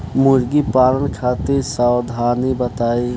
मुर्गी पालन खातिर सावधानी बताई?